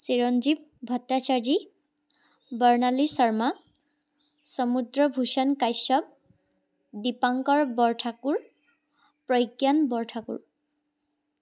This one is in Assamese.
চিৰঞ্জীৱ ভট্টাচাৰ্জী বৰ্ণালী শৰ্মা সমুদ্ৰ ভূষণ কাশ্যপ দীপাংকৰ বৰঠাকুৰ প্ৰজ্ঞান বৰঠাকুৰ